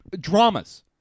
dramas